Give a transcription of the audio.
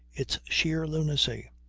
it's sheer lunacy.